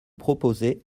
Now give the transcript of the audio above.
proposé